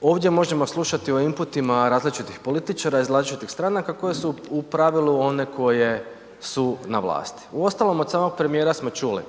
ovdje možemo slušati o inputima različitih političara iz različitih stranaka koje su u pravilu one koje su na vlasti. Uostalom, od samog premijera smo čuli